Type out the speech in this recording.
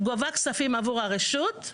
גובה כספים עבור הרשות,